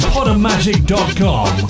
Podomatic.com